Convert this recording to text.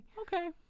okay